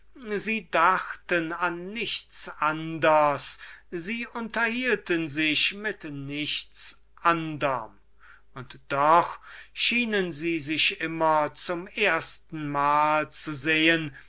sie dachten an nichts anders sie unterhielten sich mit nichts anderm und doch schienen sie sich immer zum erstenmal zu sehen